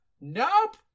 Nope